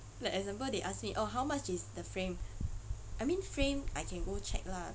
like example they ask me oh how much is the frame I mean frame I can go check lah